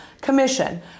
Commission